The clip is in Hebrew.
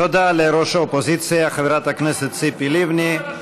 תודה לראש האופוזיציה חברת הכנסת ציפי לבני.